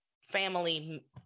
family